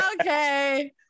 okay